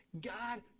God